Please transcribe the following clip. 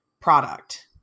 product